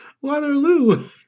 Waterloo